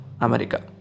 America